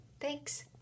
Thanks